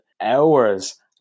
hours